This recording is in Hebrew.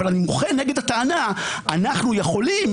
אבל אני מוחה נגד הטענה: אנחנו יכולים,